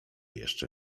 jeszcze